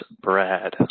Brad